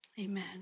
Amen